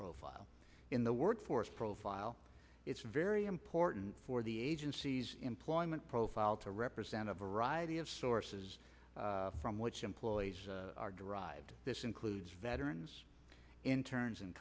profile in the workforce profile it's very important for the agencies employment file to represent a variety of sources from which employees are derived this includes veterans interns